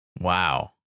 wow